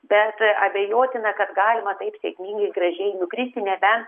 bet abejotina kad galima taip sėkmingai gražiai nukristi nebent